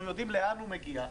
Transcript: אנחנו יודעים לאן הוא מגיע,